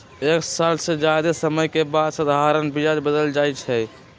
एक साल से जादे समय के बाद साधारण ब्याज बदल जाई छई